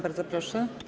Bardzo proszę.